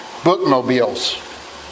bookmobiles